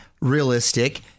realistic